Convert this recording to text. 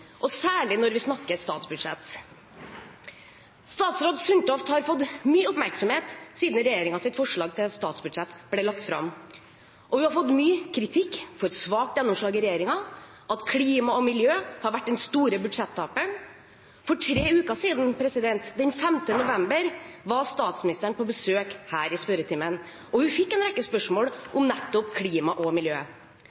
og særlig når vi snakker statsbudsjett. Statsråd Sundtoft har fått mye oppmerksomhet siden regjeringens forslag til statsbudsjett ble lagt fram, og hun har fått mye kritikk for svakt gjennomslag i regjeringen, og for at klima og miljø har vært den store budsjettaperen. For noen uker siden, den 22. oktober, var statsministeren på besøk her i spørretimen, og hun fikk en rekke spørsmål